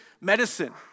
medicine